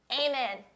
amen